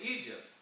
Egypt